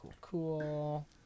cool